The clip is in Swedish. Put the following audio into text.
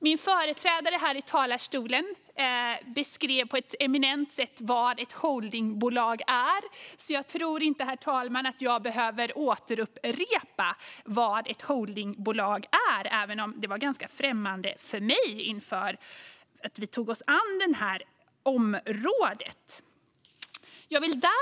Min företrädare i talarstolen beskrev på ett eminent sätt vad ett holdingbolag är, så jag behöver nog inte upprepa vad det är - även om det var ganska främmande för mig inför att vi tog oss an detta område.